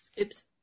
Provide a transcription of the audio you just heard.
Oops